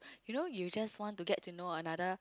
you know you just want to get to know another